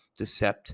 Decept